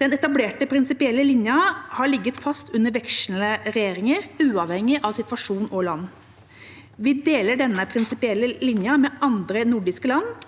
Den etablerte prinsipielle linjen har ligget fast under vekslende regjeringer, uavhengig av situasjon og land. Vi deler denne prinsipielle linjen med andre nordiske land.